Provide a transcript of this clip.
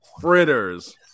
fritters